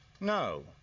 No